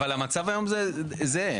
אבל המצב היום זהה.